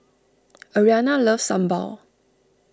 Arianna loves Sambal